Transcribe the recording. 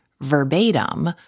verbatim